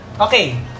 Okay